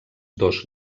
dos